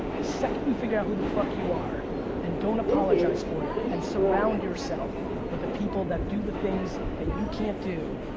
the second you figure out who the fuck you are and don't apologize for it and surround yourself with the people that do the things that you can't do,